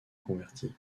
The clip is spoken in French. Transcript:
converti